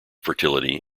fertility